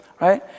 right